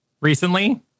recently